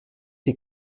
die